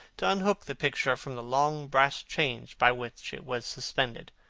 to unhook the picture from the long brass chains by which it was suspended.